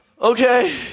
Okay